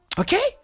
Okay